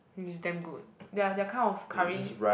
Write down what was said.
is damn good their their kind of curry